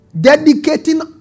dedicating